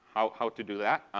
how how to do that,